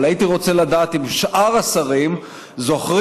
אבל הייתי רוצה לדעת אם שאר השרים זוכרים